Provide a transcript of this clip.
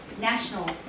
national